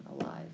alive